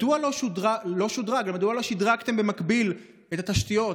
מדוע לא שדרגתם במקביל את התשתיות,